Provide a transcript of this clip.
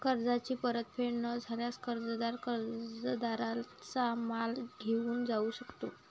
कर्जाची परतफेड न झाल्यास, कर्जदार कर्जदाराचा माल घेऊन जाऊ शकतो